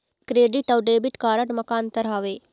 Credit अऊ debit card म का अंतर हावे?